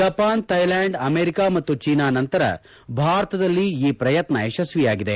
Japan Thailand America ಮತ್ತು China ನಂತರ ಭಾರತದಲ್ಲಿ ಈ ಪ್ರಯತ್ನ ಯಶಸ್ತಿಯಾಗಿದೆ